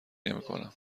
نمیکنم